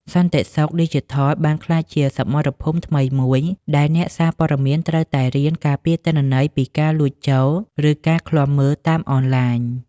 សន្តិសុខឌីជីថលបានក្លាយជាសមរភូមិថ្មីមួយ ដែលអ្នកសារព័ត៌មានត្រូវតែរៀនការពារទិន្នន័យពីការលួចចូល ឬការឃ្លាំមើលតាមអនឡាញ។